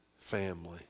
family